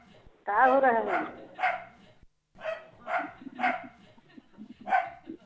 क्या हो रहा है वहाँ